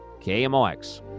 KMOX